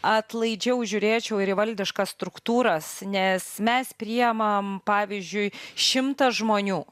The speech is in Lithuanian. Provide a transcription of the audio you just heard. atlaidžiau žiūrėčiau ir į valdiškas struktūras nes mes priimam pavyzdžiui šimtą žmonių